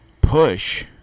push